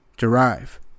derive